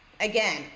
Again